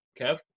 Kev